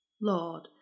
Lord